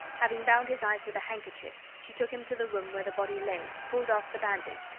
having bound his eyes with a handkerchief, she took him to the room where the body lay, pulled off the bandage,